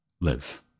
live